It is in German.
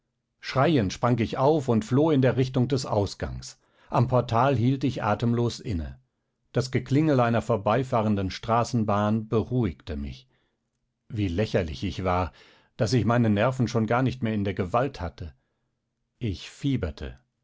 schreiend sprang ich auf und floh in der richtung des ausgangs am portal hielt ich atemlos inne das geklingel einer vorbeifahrenden straßenbahn beruhigte mich wie lächerlich ich war daß ich meine nerven schon gar nicht mehr in der gewalt hatte ich fieberte